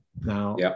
now